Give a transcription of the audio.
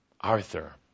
Arthur